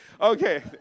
Okay